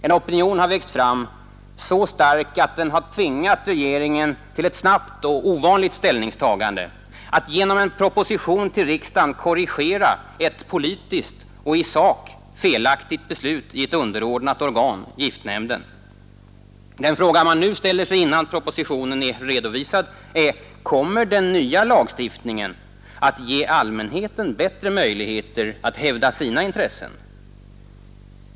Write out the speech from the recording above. En opinion har växt fram, så stark att den tvingat regeringen till ett snabbt och ovanligt ställningstagande: att genom en proposition till riksdagen korrigera ett politiskt och i sak felaktigt beslut i ett underordnat organ, giftnämnden. Den fråga man nu ställer sig, innan propositionen redovisats, är: Kommer den nya lagstiftningen att ge allmänheten bättre möjligheter att hävda sina intressen?